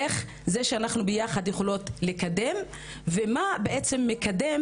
איך זה שאנחנו ביחד יכולות לקדם ומה בעצם מקדם